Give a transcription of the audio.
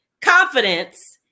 confidence